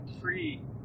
Free